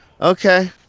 Okay